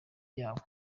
yabo